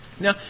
Now